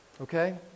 Okay